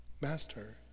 Master